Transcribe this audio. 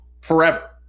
forever